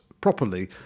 properly